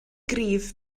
gryf